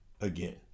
again